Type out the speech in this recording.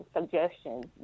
suggestions